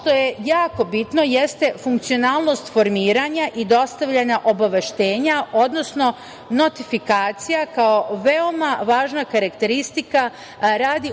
što je jako bitno, jeste funkcionalnost formiranja i dostavljanja obaveštenja odnosno notifikacija kao veoma važna karakteristika radi